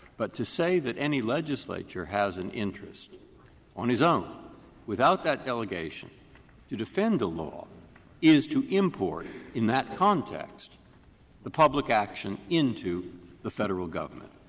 but to say that any legislator has an interest on his own without that delegation to defend the law is to import in that context the public action into the federal government.